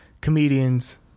comedians